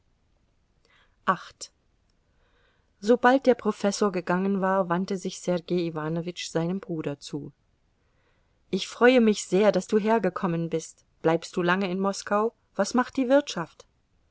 sobald der professor gegangen war wandte sich sergei iwanowitsch seinem bruder zu ich freue mich sehr daß du hergekommen bist bleibst du lange in moskau was macht die wirtschaft